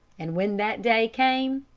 and when that day came,